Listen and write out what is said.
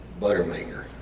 Buttermaker